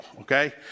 okay